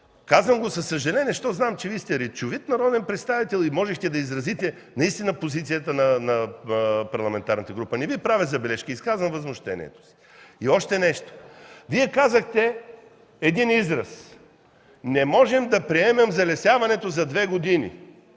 Казвам го със съжаление, защото знам, че Вие сте речовит народен представител и можехте да изразите наистина позицията на парламентарната група. Не Ви правя забележка, изказвам възмущение. И още нещо. Вие казахте един израз: „не можем да приемем залесяването за две години.